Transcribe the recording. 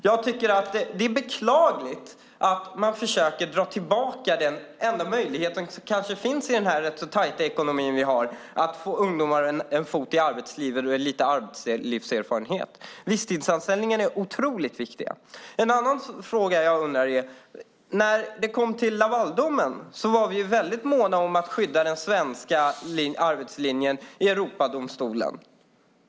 Jag tycker att det är beklagligt att man försöker dra tillbaka den enda möjlighet som kanske finns i den rätt så tajta ekonomi som vi har för att ungdomar ska få in en fot i arbetslivet och få lite arbetslivserfarenhet. Visstidsanställningar är otroligt viktiga. Jag har en annan fråga. I fråga om Lavaldomen var vi måna om att skydda den svenska arbetslinjen i Europadomstolen.